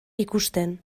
ikusten